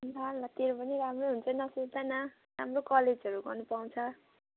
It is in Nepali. ल ल तेरो पनि राम्रै हुन्छ नसुर्ता न राम्रो कलेजहरू गर्नु पाउँछ